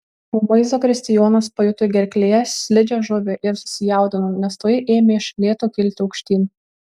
ūmai zakristijonas pajuto gerklėje slidžią žuvį ir susijaudino nes toji ėmė iš lėto kilti aukštyn